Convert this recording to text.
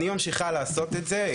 אני ממשיכה לעשות את זה,